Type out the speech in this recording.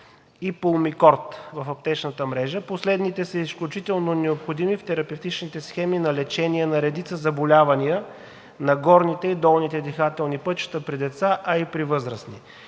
и Pulmicort в аптечната мрежа. Последните са изключително необходими в терапевтичните схеми на лечение на редица заболявания на горните и долните дихателни пътища при деца и при възрастни.